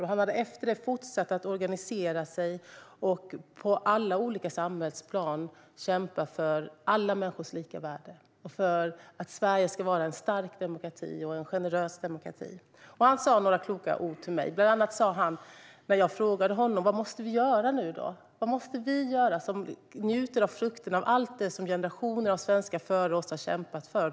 Därefter hade han fortsatt att organisera sig och på alla olika samhällsplan kämpa för alla människors lika värde och för att Sverige ska vara en stark och generös demokrati. Han sa några kloka ord till mig. Vi njuter ju av frukterna av allt det som generationer av svenskar före oss har kämpat för.